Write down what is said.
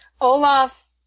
Olaf